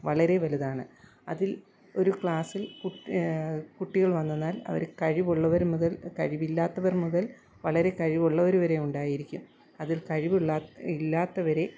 വളരെ വലുതാണ് അതിൽ ഒരു ക്ലാസ്സിൽ കുട്ടികൾ വന്നെന്നാൽ അവർ കഴിവുള്ളവർ മുതൽ കഴിവില്ലാത്തവർ മുതൽ വളരെ കഴിവുള്ളവർ വരെ ഉണ്ടായിരിക്കും അതിൽ കഴിവുള്ള ഇല്ലാത്തവരെ